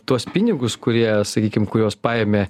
tuos pinigus kurie sakykim kuriuos paėmė